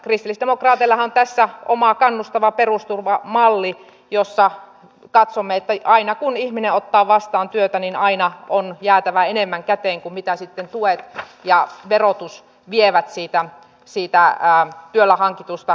kristillisdemokraateillahan on tässä oma kannustava perusturvamallinsa jossa katsomme että aina kun ihminen ottaa vastaan työtä on jäätävä enemmän käteen kuin mitä sitten tuet ja verotus vievät niistä työllä hankituista euroista